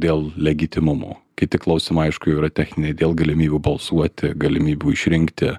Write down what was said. dėl legitimumo kiti klausimai aišku yra techniniai dėl galimybių balsuoti galimybių išrinkti